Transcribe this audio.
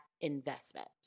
investment